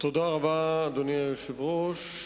אדוני היושב-ראש,